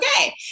okay